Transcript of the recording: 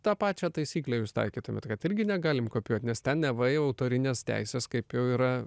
tą pačią taisyklę jūs taikytumėt kad irgi negalim kopijuot nes ten neva jau autorinės teisės kaip jau yra